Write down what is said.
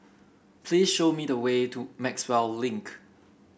please show me the way to Maxwell Link